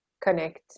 connect